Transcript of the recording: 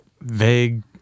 Vague